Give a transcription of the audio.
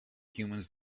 humans